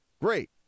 Great